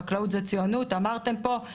חקלאות זה ציונות כפי שאמרתם פה,